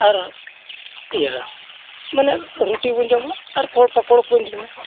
ᱟᱨ ᱤᱭᱟᱹ ᱢᱟᱱᱮ ᱨᱩᱴᱤ ᱵᱚᱱ ᱡᱚᱢᱟ ᱟᱨ ᱠᱷᱚᱲ ᱯᱟᱠᱚᱲ ᱠᱚᱵᱚᱱ ᱡᱚᱢᱟ